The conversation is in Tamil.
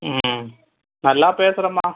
ம் நல்லா பேசுகிறம்மா